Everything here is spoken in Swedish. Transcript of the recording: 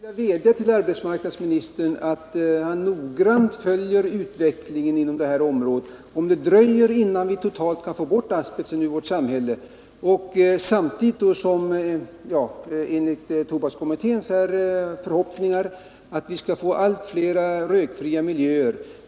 Herr talman! Jag skulle vilja vädja till arbetsmarknadsministern att han noggrant följer utvecklingen inom det här området om det dröjer innan vi totalt kan få bort asbesten i vårt samhälle. Tobakskommittén hyser förhoppningar om att vi skall få allt fler rökfria miljöer.